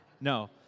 No